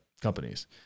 companies